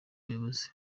buyobozi